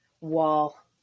wall